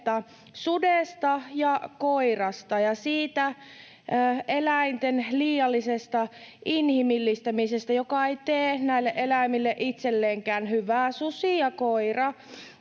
sudesta ja koirasta ja siitä eläinten liiallisesta inhimillistämisestä, joka ei tee näille eläimille itselleenkään hyvää. Susi ja koira